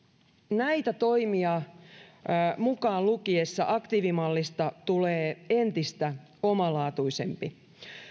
näitä toimia mukaan lukiessa aktiivimallista tulee entistä omalaatuisempi